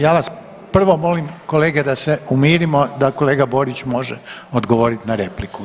Ja vas prvo molim kolege da se umirimo da kolega Borić može odgovoriti na repliku.